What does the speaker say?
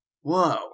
Whoa